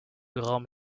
grand